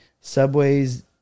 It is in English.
subway's